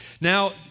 Now